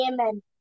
Amen